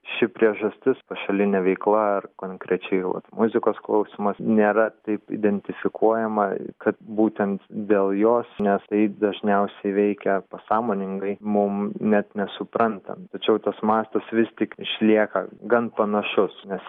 ši priežastis pašaliėe veikla ar konkrečiai muzikos klausymas nėra taip identifikuojama kad būtent dėl jos nes tai dažniausiai veikia pasąmoningai mum net nesuprantant tačiau tas mąstas vis tik išlieka gan panašus nes lyginant kartu